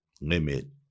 limit